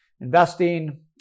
investing